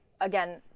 again